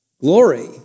Glory